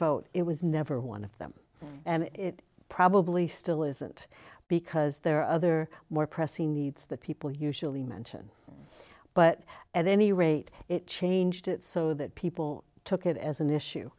vote it was never one of them and it probably still isn't because there are other more pressing needs that people usually mention but at any rate it changed it so that people took it as an